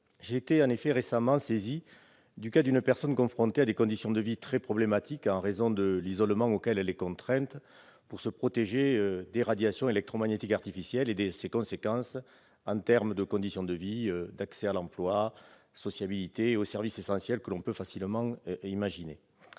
J'ai été récemment saisi du cas d'une personne confrontée à des conditions de vie très problématiques, en raison de l'isolement auquel elle est contrainte pour se protéger des radiations électromagnétiques artificielles. Il en résulte des conséquences très lourdes en termes de conditions de vie, d'accès à l'emploi, à la sociabilité et aux services essentiels. Cette situation risque